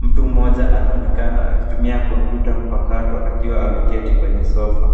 Mtu mmoja anaonekana akitumia komputa mpakato akiwa ameketi kwenye sofa.